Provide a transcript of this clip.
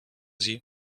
sie